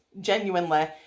genuinely